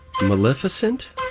Maleficent